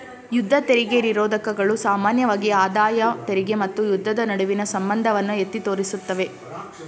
ಯುದ್ಧ ತೆರಿಗೆ ನಿರೋಧಕಗಳು ಸಾಮಾನ್ಯವಾಗಿ ಆದಾಯ ತೆರಿಗೆ ಮತ್ತು ಯುದ್ಧದ ನಡುವಿನ ಸಂಬಂಧವನ್ನ ಎತ್ತಿ ತೋರಿಸುತ್ತವೆ